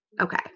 Okay